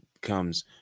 comes